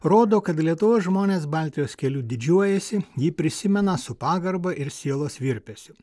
rodo kad lietuvos žmonės baltijos keliu didžiuojasi jį prisimena su pagarba ir sielos virpesiu